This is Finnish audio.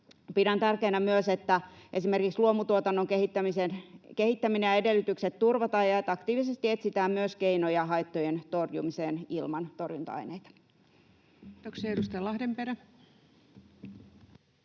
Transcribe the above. Pidän tärkeänä myös, että esimerkiksi luomutuotannon kehittäminen ja edellytykset turvataan ja että aktiivisesti etsitään myös keinoja haittojen torjumiseen ilman torjunta-aineita. Kiitoksia. — Edustaja Lahdenperä.